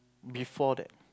before that